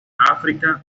áfrica